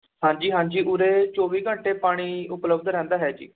ਹਾਂਜੀ ਹਾਂਜੀ ਉਰੇ ਚੌਵੀ ਘੰਟੇ ਪਾਣੀ ਉਪਲਬਧ ਰਹਿੰਦਾ ਹੈ ਜੀ